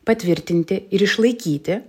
patvirtinti ir išlaikyti